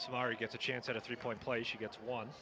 it gets a chance at a three point play she gets one